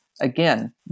again